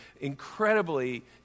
incredibly